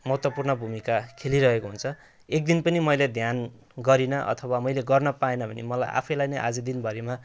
महत्त्वपूर्ण भूमिका खेलिरहेको हुन्छ एक दिन पनि मैले ध्यान गरिनँ अथवा मैले गर्न पाइनँ भने मलाई आफैलाई नै आज दिनभरिमा